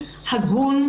הגון,